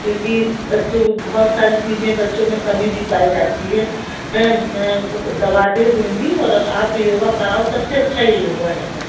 क्योंकि बच्चों को बहुत सारी चीज़ें बच्चों में कमी भी पाई जाती है मैं मैं वह दवा दे दूँगी और आप योग कराओ सबसे अच्छा योग रहेगा